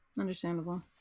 understandable